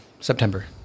September